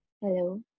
Hello